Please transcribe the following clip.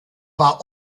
war